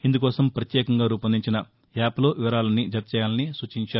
ఇందుకోసం ప్రత్యేకంగా రూపొందించిన యాప్లో వివరాలన్నీ జతచేయాలని సూచించారు